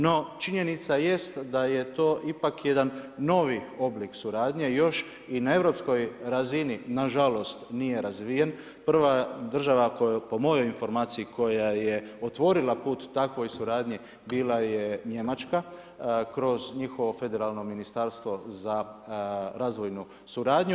No, činjenica jest da je to ipak jedan novi oblik suradnje još i na europskoj razini, nažalost nije razvijen, prva država koja, po mojoj informaciji koja je otvorila put takvoj suradnji bila je Njemačka, kroz njihovo federalno ministarstvo za razvojnu suradnju.